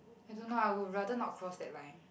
I don't know I would rather not cross that line